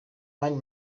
mani